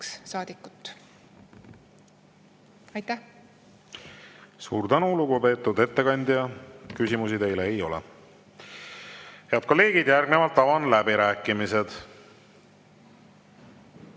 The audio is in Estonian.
ja hääletada! Suur tänu, lugupeetud ettekandja! Küsimusi teile ei ole. Head kolleegid, järgnevalt avan läbirääkimised.